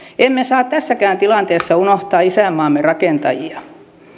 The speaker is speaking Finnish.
emme saa tässäkään tilanteessa unohtaa isänmaamme rakentajia